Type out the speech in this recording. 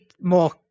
more